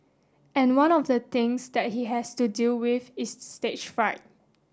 and one of the things that he has to deal with is stage fright